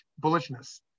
bullishness